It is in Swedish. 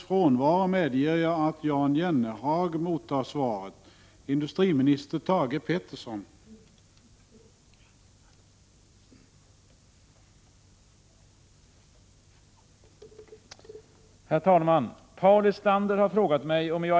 Är industriministern beredd att ta initiativ så att ingen av de anställda vid SSAB avskedas utan att annat arbete erbjuds på hemorten?